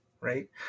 right